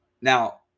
Now